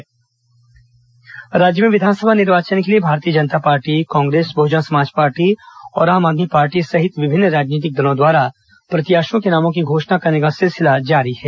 NCP उम्मीदवार राज्य में विधानसभा निर्वाचन के लिए भारतीय जनता पार्टी कांग्रेस बहुजन समाज पार्टी और आम आदमी पार्टी सहित विभिन्न राजनीतिक दलों द्वारा प्रत्याशियों के नामों की घोषणा करने का सिलसिला जारी है